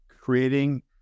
creating